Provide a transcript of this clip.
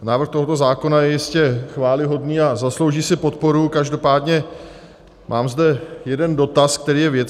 Návrh tohoto zákona je jistě chvályhodný a zaslouží si podporu, každopádně mám zde jeden dotaz, který je věcný.